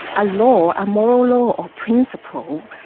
a law, a moral law or principle,